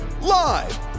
Live